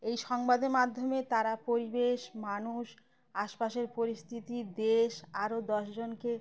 এই সংবাদের মাধ্যমে তারা পরিবেশ মানুষ আশপাশের পরিস্থিতি দেশ আরও দশজনকে